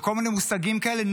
וכל מיני מושגים כאלה,